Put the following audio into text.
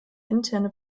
interne